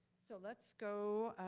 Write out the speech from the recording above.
so let's go